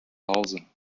hause